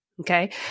Okay